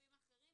גופים אחרים.